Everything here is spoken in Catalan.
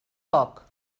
poc